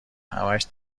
همش